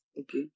Okay